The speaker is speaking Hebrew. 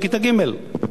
בכיתה ג'.